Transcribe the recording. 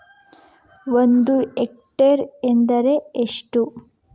ಒಂದು ಹೆಕ್ಟೇರ್ ಎಂದರೆ ಎಷ್ಟು?